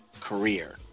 career